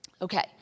Okay